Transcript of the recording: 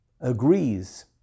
agrees